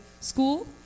school